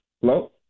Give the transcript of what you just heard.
Hello